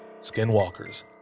skinwalkers